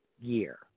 year